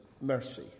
mercy